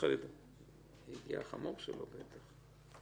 הגיע החמור שלו בטח.